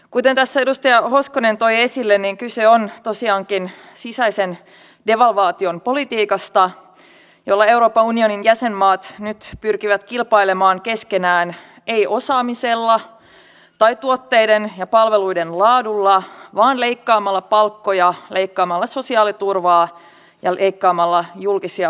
kuten tässä edustaja hoskonen toi esille niin kyse on tosiaankin sisäisen devalvaation politiikasta jolla euroopan unionin jäsenmaat nyt pyrkivät kilpailemaan keskenään ei osaamisella tai tuotteiden ja palveluiden laadulla vaan leikkaamalla palkkoja leikkaamalla sosiaaliturvaa ja leikkaamalla julkisia palveluita